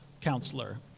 counselor